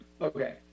Okay